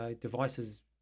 devices